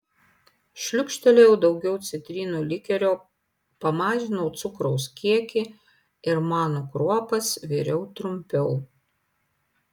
šliūkštelėjau daugiau citrinų likerio pamažinau cukraus kiekį ir manų kruopas viriau trumpiau